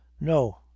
No